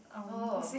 oh